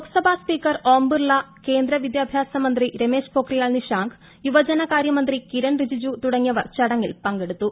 Lok Sabha speaker Om Birla കേന്ദ്ര വിദ്യാഭ്യാസ മന്ത്രി രമേശ് പൊക്രിയാൽ നിഷാങ്ക് യുവഡനകാര്യ മന്ത്രി കിരൺ റിജിജു തുടങ്ങിയവർ ചടങ്ങിൽ പങ്കെടുത്തു